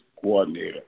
coordinator